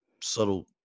subtle